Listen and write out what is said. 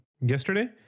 yesterday